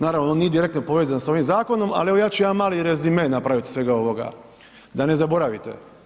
Naravno, on nije direktno povezan s ovim zakonom, ali evo, ja ću jedan mali rezime napraviti od svega ovoga, da ne zaboravite.